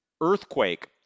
earthquake